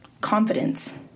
Confidence